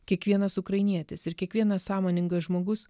kiekvienas ukrainietis ir kiekvienas sąmoningas žmogus